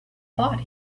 thought